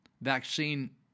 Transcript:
Vaccine